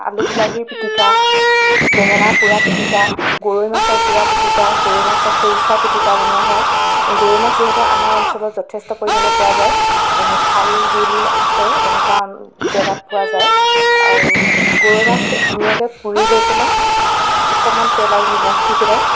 আলু বিলাহীৰ পিতিকা বেঙেনা পুৰা পিতিকা গৰৈ মাছৰ পুৰা পিতিকা গৰৈ মাছে খৰিচা পিতিকা বনোৱা হয় গৰৈ মাছ যিহেতু আমাৰ অঞ্চলত যথেষ্ট পৰিমাণে পোৱা যায় খাল বিল আছে এনেকুৱা জেগাত পোৱা যায় আৰু গৰৈ মাছ ধুনীয়াকৈ পুৰি লৈ পেলাই অকণমান তেল আৰু নিমখ দি পেলাই